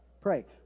Pray